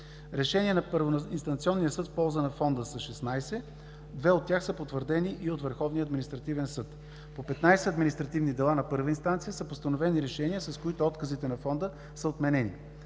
Решенията на първоинстанционния съд в полза на Фонда са 16, две от тях са потвърдени и от Върховния административен съд. По 15 административни дела на първа инстанция са постановени решения, с които отказите на Фонда са отменени.